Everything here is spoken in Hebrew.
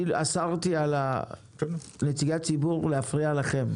אני אסרתי על נציגי הציבור להפריע לכם.